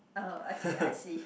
uh okay I see